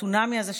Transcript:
האם הצונאמי הזה,